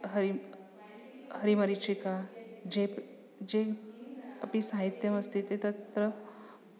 हरिं हरिमरीचिकां जेप् ये अपि साहित्यमस्ति ते तत्र